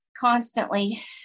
constantly